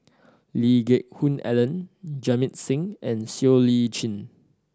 Lee Geck Hoon Ellen Jamit Singh and Siow Lee Chin